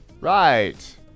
Right